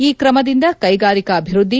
ಈ ಕ್ರಮದಿಂದ ಕೈಗಾರಿಕಾಭಿವೃದ್ಧಿ